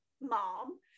mom